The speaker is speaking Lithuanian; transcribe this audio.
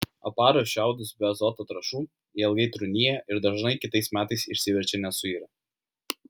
aparus šiaudus be azoto trąšų jie ilgai trūnija ir dažnai kitais metais išsiverčia nesuirę